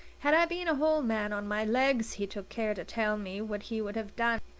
had i been a whole man on my legs, he took care to tell me what he would have done,